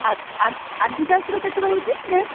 ଅଦିଦାସର କେତେ ରହୁଛି ରେଟ